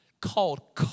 called